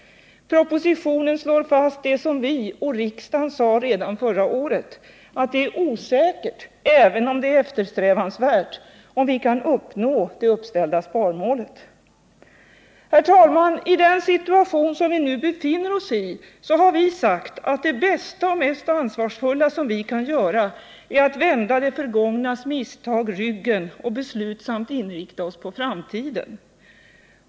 Propositionen slår vidare fast det som vi och riksdagen sade redan förra året, nämligen att det är osäkert — även om det är eftersträvansvärt — om vi kan uppnå det uppställda sparmålet. Herr talman! I den situation som vi nu befinner oss i har vi sagt att det bästa och mest ansvarsfulla vi nu kan göra är att vända det förgångnas misstag ryggen och beslutsamt inrikta oss på framtiden.